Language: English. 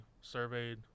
surveyed